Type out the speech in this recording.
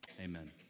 amen